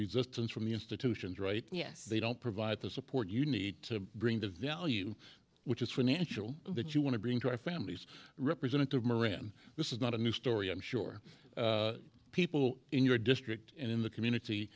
resistance from the institutions right yes they don't provide the support you need to bring the value which is financial that you want to bring to our families representative moran this is not a new story i'm sure people in your district and in the community